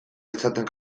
izaten